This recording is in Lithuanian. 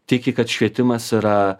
tiki kad švietimas yra